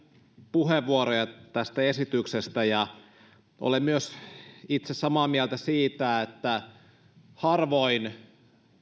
puheenvuoroja tästä esityksestä ja olen myös itse samaa mieltä siitä että harvoin